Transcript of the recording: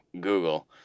Google